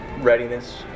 readiness